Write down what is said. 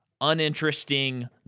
uninteresting